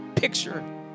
Picture